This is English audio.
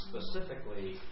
specifically